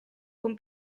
con